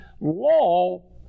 law